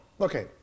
Okay